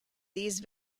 these